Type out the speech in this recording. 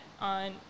on